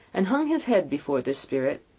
and hung his head before this spirit.